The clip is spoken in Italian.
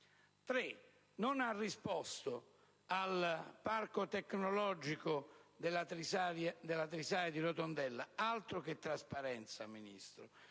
non ha risposto sul parco tecnologico della Trisaia di Rotondella. Altro che trasparenza, signor